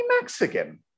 Mexican